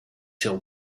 till